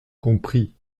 compris